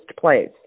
place